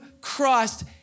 Christ